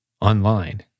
online